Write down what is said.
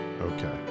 okay